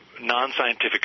non-scientific